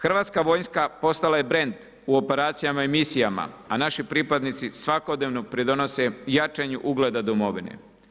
Hrvatska vojska postala je brend u operacijama i misijama, a naši pripadnici svakodnevno pridonose jačanju ugleda domovine.